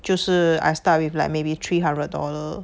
就是 I start with like maybe three hundred dollar